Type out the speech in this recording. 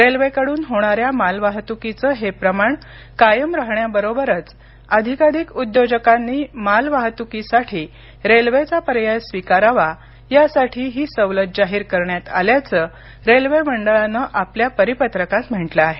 रेल्वेकडून होणाऱ्या मालवाहतुकीचे हे प्रमाण कायम राहण्याबरोबरच अधिकाधिक उद्योजकांनी मालवाहतुकीसाठी रेल्वेचा पर्याय स्वीकारावा यासाठी ही सवलत जाहीर करण्यात आल्याचं रेल्वे मंडळानं आपल्या परिपत्रकात म्हटलं आहे